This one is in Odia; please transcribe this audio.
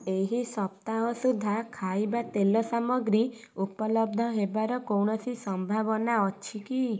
ଏହି ସପ୍ତାହ ସୁଦ୍ଧା ଖାଇବା ତେଲ ସାମଗ୍ରୀ ଉପଲବ୍ଧ ହେବାର କୌଣସି ସମ୍ଭାବନା ଅଛି କି